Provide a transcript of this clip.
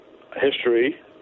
history